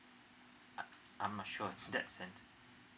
uh I'm not sure that's